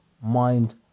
Mind